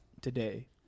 Today